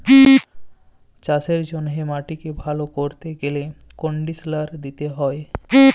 চাষের জ্যনহে মাটিক ভাল ক্যরতে গ্যালে কনডিসলার দিতে হয়